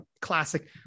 classic